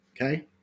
okay